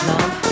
Love